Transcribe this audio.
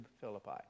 Philippi